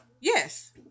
yes